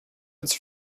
its